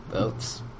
oops